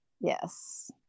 yes